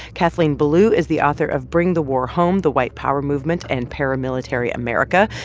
kathleen belew is the author of bring the war home the white power movement and paramilitary america.